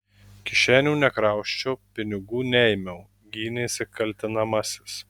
kišenių nekrausčiau pinigų neėmiau gynėsi kaltinamasis